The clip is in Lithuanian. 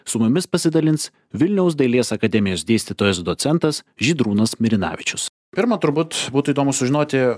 su mumis pasidalins vilniaus dailės akademijos dėstytojas docentas žydrūnas mirinavičius pirma turbūt būtų įdomu sužinoti